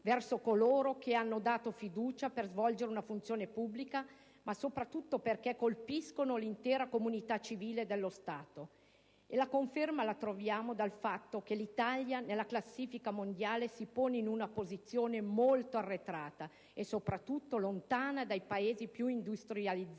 verso coloro che hanno dato fiducia per svolgere una funzione pubblica, ma soprattutto perché colpiscono l'intera comunità civile dello Stato. Troviamo la conferma nel fatto che l'Italia, nella classifica mondiale, si pone in una posizione molto arretrata e soprattutto lontana dai Paesi più industrializzati